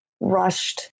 rushed